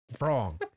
Wrong